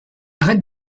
arrête